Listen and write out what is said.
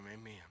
Amen